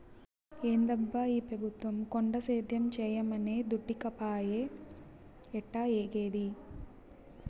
ఏందబ్బా ఈ పెబుత్వం కొండ సేద్యం చేయమనె దుడ్డీకపాయె ఎట్టాఏగేది